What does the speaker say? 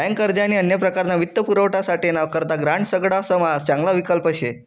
bank अर्ज आणि अन्य प्रकारना वित्तपुरवठासाठे ना करता ग्रांड सगडासमा चांगला विकल्प शे